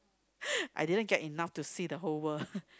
I didn't get enough to see the whole world